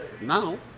now